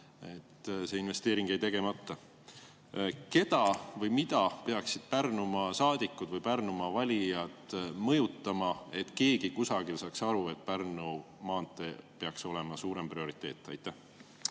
See investeering jäi tegemata. Keda või mida peaksid Pärnumaa saadikud või Pärnumaa valijad mõjutama, et keegi kusagil saaks aru, et Pärnu maantee peaks olema suurem prioriteet? Aitäh,